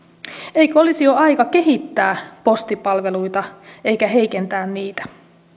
eikö olisi jo aika kehittää postipalveluita eikä heikentää niitä